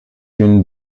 une